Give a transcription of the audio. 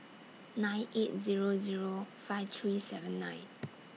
nine eight Zero Zero five three seven nine